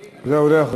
לא, הוא לא יכול.